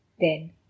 Then